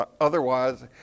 otherwise